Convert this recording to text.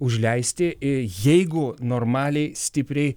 užleisti jeigu normaliai stipriai